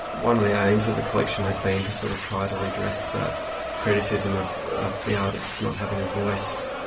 one of the aims of the collection has been to sort of try to redress that criticism of of the artists not having a voice,